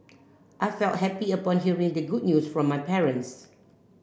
I felt happy upon hearing the good news from my parents